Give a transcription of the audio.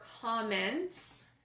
comments